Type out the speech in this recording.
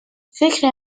فکر